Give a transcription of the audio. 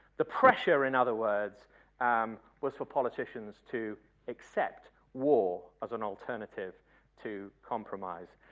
the pressure in other words was for politicians to accept war as an alternative to compromise.